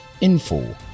info